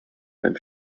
beim